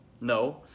No